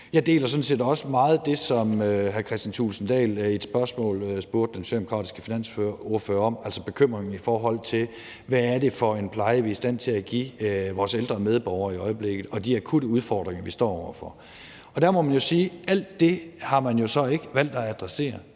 Jeg deler sådan set også meget af det, som hr. Kristian Thulesen Dahl i et spørgsmål spurgte den socialdemokratiske finansordfører om, altså bekymringen, i forhold til hvad det er for en pleje, vi er i stand til at give vores ældre medborgere i øjeblikket, og de akutte udfordringer, vi står over for. Der må man jo sige, at alt det har man så ikke valgt at adressere.